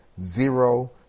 zero